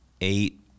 eight